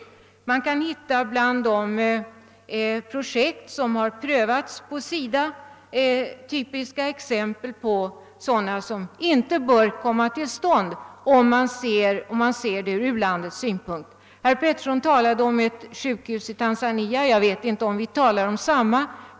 Man kan bland de projekt som har prövats av SIDA finna typiska exempel på sådana som inte bör komma till stånd, om man ser det från u-landets synpunkt. Herr Petersson i Gäddvik talade om ett sjukhus i Tanzania. Jag vet inte, om vi talar om samma sjukhus.